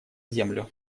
землю